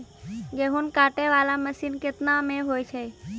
गेहूँ काटै वाला मसीन केतना मे होय छै?